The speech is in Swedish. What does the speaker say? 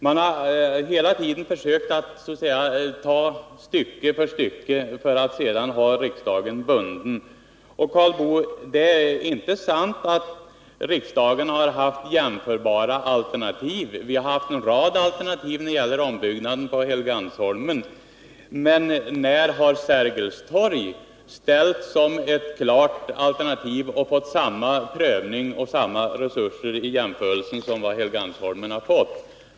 Man har hela tiden gått in för att stycke för stycke försöka binda upp riksdagen. Och, Karl Boo, det är inte sant att riksdagen har haft jämförbara alternativ. Vi har haft en rad alternativa möjligheter när det gällt ombyggnaden på Helgeandsholmen, men när har Sergels torg ställts upp som ett klart alternativ och fått motsvarande prövning och resurser som Helgeandsholmensalternativet har fått?